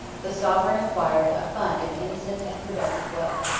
the sovereign acquired a fund of innocent and productive wealth.